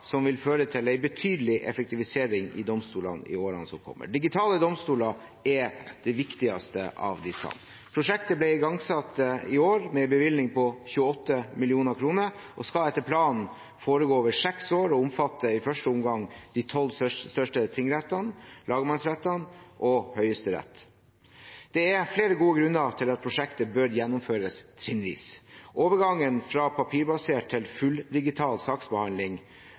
som vil føre til en betydelig effektivisering i domstolene i årene som kommer. Digitale domstoler er det viktigste av disse. Prosjektet ble igangsatt i år, med en bevilgning på 28 mill. kr, og skal etter planen foregå over seks år og i første omgang omfatte de tolv største tingrettene, lagmannsrettene og Høyesterett. Det er flere gode grunner til at prosjektet bør gjennomføres trinnvis. Overgangen fra papirbasert til fulldigital saksbehandling